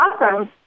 awesome